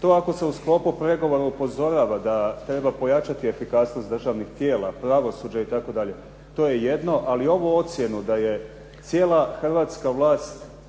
To ako se u sklopu pregovora upozorava da treba pojačati efikasnost državnih tijela, pravosuđa itd. to je jedno. Ali ovo ocjenu da je cijela hrvatska vlast